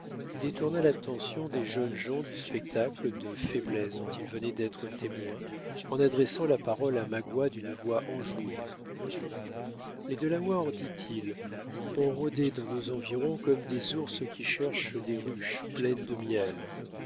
détourna l'attention des jeunes gens du spectacle de faiblesse dont ils venaient d'être témoins en adressant la parole à magua d'une voix enjouée les delawares dit-il ont rôdé dans nos environs comme des ours qui cherchent des ruches pleines de miel